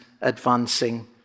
advancing